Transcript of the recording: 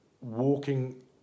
walking